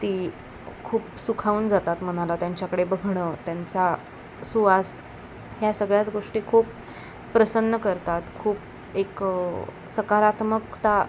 ती खूप सुखाऊन जातात मनाला त्यांच्याकडे बघणं त्यांचा सुवास ह्या सगळ्याच गोष्टी खूप प्रसन्न करतात खूप एक सकारात्मकता